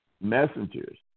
messengers